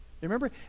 remember